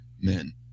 men